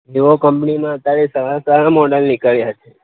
Vivo કંપનીમાં અત્યારે સારા સારા મોડલ નીકળ્યા છે